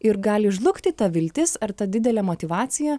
ir gali žlugti ta viltis ar ta didelė motyvacija